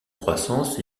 croissance